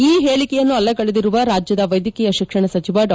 ಈ ಹೇಳಿಕೆಯನ್ನು ಅಲ್ಲಗೆಳೆದಿರುವ ರಾಜ್ಯದ ವೈದ್ಯಕೀಯ ಶಿಕ್ಷಣ ಸಚಿವ ಡಾ